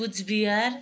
Cooch Behar